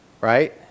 Right